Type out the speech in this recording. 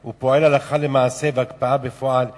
הוא פועל הלכה למעשה וההקפאה בפועל קיימת.